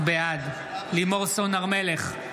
בעד לימור סון הר מלך,